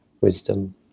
wisdom